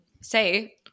say